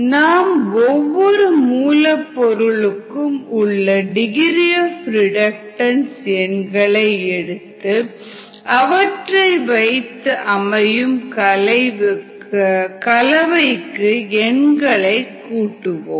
நாம் ஒவ்வொரு மூல பொருளுக்கும் உள்ள டிகிரி ஆப் ரிடக்டன்ஸ் எண்களை எடுத்து அவற்றை வைத்து அமையும் கலவைக்கு எண்களை கூட்டுவோம்